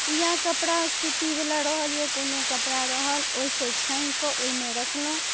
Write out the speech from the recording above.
या कपड़ा सूतीबला रहल या कोनो कपड़ा रहल ओहिसँ छानि कऽ ओहिमे रखलहुँ